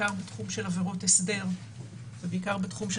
בעיקר בתחום של עבירות הסדר ובעיקר בתחום של